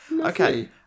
Okay